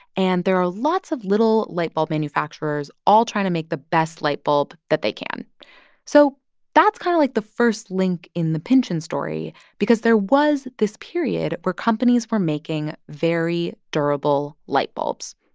and there are lots of little light bulb manufacturers all trying to make the best light bulb that they can so that's kind of, like, the first link in the pynchon story because there was this period where companies were making very durable light bulbs,